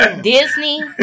Disney